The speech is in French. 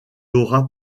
aura